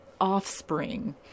offspring